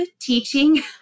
teaching